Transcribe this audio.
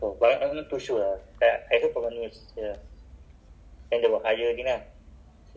oh good ah ah are you b~ buying anything else from ikea